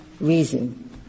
reason